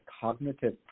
cognitive